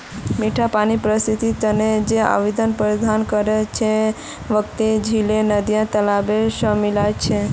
मिठा पानीर पारिस्थितिक तंत्र जे आवास प्रदान करछे वहात झील, नदिया, तालाब शामिल छे